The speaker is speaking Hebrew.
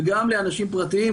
וכמו גם לאנשים פרטיים,